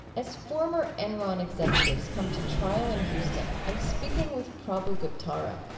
as former enron executives come to trial in houston, i'm speaking with prabhu guptara.